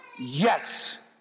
Yes